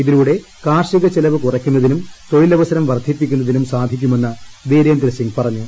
ഇതിലൂടെ കാർഷിക ചെലവ് കുറയ്ക്കുന്നതിനും ത്മൊഴിലവ്സരം വർദ്ധിപ്പിക്കുന്നതിനും സാധിക്കുമെന്ന് വീരേന്ദ്രസിട്ട് പറഞ്ഞു